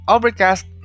Overcast